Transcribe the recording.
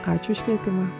ačiū už kvietimą